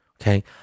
okay